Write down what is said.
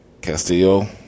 Castillo